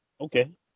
Okay